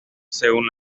según